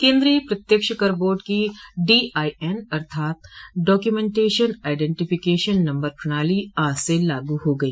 केन्द्रीय प्रत्यक्ष कर बोर्ड की डीआईएन अर्थात् डॉक्यूमेंटेशन आईडेंटिफिकेशन नंबर प्रणाली आज से लागू हो गई